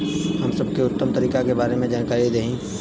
हम सबके उत्तम तरीका के बारे में जानकारी देही?